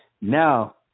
Now